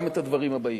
גם את הדברים הבאים: